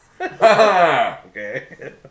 Okay